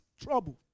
trouble